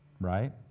Right